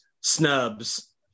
snubs